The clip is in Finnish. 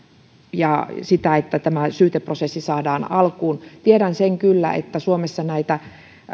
ja sitä että syyteprosessi saadaan alkuun tiedän kyllä sen että suomessa näitä